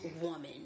woman